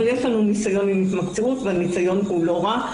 אבל יש לנו ניסיון עם התמקצעות והניסיון הוא לא רע.